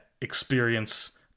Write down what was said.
experience